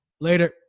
Later